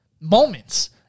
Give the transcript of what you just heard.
moments